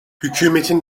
hükümetin